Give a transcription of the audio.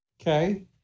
okay